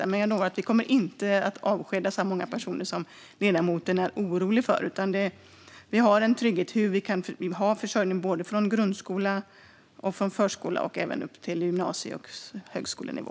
Jag kan dock lova att vi inte kommer att avskeda så många personer som ledamoten är orolig för, utan vi har en trygghet i hur vi vill ha försörjning, från förskolan, grundskolan och upp till gymnasiet och högskolenivå.